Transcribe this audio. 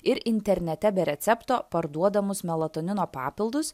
ir internete be recepto parduodamus melatonino papildus